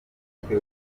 umutwe